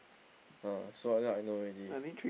ah so after that I know already